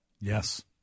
Yes